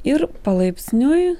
ir palaipsniui